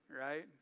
right